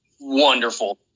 Wonderful